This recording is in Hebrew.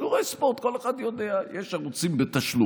בשידורי ספורט, כל אחד יודע, יש שם ערוצים בתשלום,